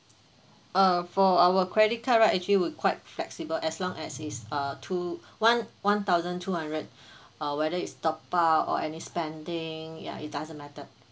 err for our credit card right actually would quite flexible as long as is uh two one one thousand two hundred uh whether is top up or any spending ya it doesn't matter